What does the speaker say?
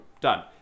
done